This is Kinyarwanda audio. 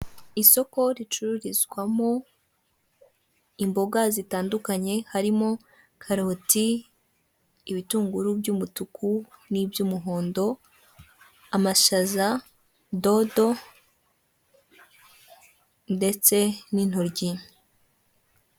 Isoko ricururizwamo imboga zitandukanye harimo karoti, ibitunguru by'umutuku n'iby'umuhondo, amashaza, dodo ndetse n'intoryi.